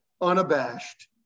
unabashed